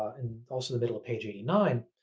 and also the middle page eighty nine,